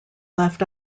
left